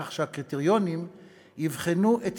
כך שהקריטריונים יבחנו את